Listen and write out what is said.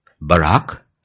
Barak